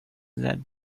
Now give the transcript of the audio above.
that